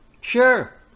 sure